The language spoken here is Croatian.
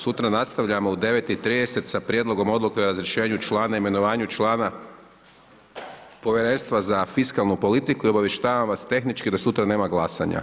Sutra nastavljamo u 9,30 sa Prijedlogom odluke o razrješenju člana, imenovanju člana Povjerenstva za fiskalnu politiku i obavještavam vas tehnički da sutra nema glasanja.